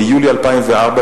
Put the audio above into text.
ביולי 2004,